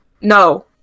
no